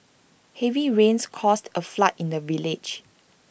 heavy rains caused A flood in the village